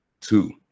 Two